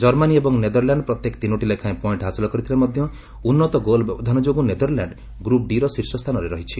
Germany ଏବଂ Netherlands ପ୍ରତ୍ୟେକ ତିନୋଟି ଲେଖାଏଁ ପଏଣ୍ଟ ହାସଲ କରିଥିଲେ ମଧ୍ୟ ଉନ୍ନତ ଗୋଲ୍ ବ୍ୟବଧାନ ଯୋଗୁଁ ନେଦରଲାଣ୍ଡ ଗ୍ରୁପ୍ ଡି'ର ଶୀର୍ଷସ୍ଥାନରେ ରହିଛି